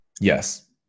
Yes